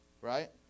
right